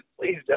Please